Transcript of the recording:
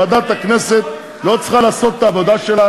שוועדת הכנסת לא צריכה לעשות את העבודה שלה